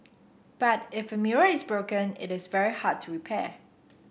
but if a mirror is broken it is very hard to repair